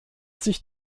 sich